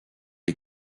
les